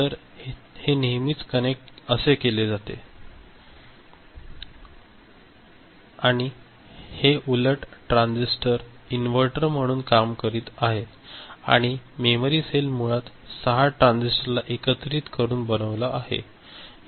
तर हे नेहमीच कनेक्ट केलेले असेल आणि हे उलट ट्रान्झिस्टर इन्व्हर्टर म्हणून काम करत आहेत आणि मेमरी सेल मुळात या 6 ट्रांजिस्टरला एकत्रित करून बनविला आहे